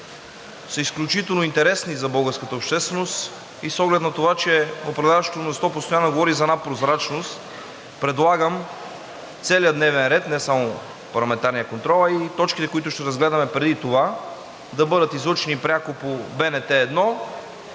са изключително интересни за българската общественост, и с оглед на това че управляващото мнозинство постоянно говори за една прозрачност, предлагам целият дневен ред, не само парламентарният контрол, а и точките, които ще разгледаме преди това, да бъдат излъчени пряко по БНТ 1,